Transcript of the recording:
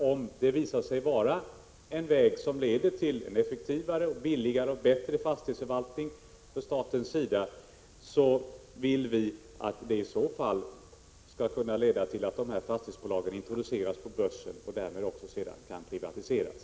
Om det visar sig vara en väg som leder till en effektivare, billigare och bättre fastighetsförvaltning för staten vill vi — det är helt riktigt — att de här fastighetsbolagen skall kunna introduceras på börsen och därmed också sedan kunna privatiseras.